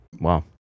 Wow